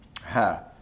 Ha